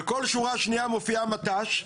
בכל שורה שנייה מופיע מת"ש,